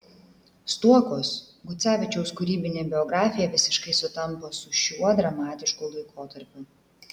stuokos gucevičiaus kūrybinė biografija visiškai sutampa su šiuo dramatišku laikotarpiu